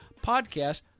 podcast